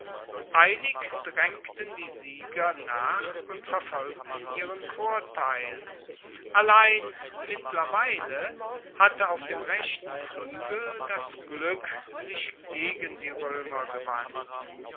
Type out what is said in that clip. eilig draengten die sieger nach und verfolgten ihren vorteil allein mittlerweile hatte auf dem rechten fluegel das glueck sich gegen die roemer gewandt